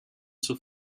zur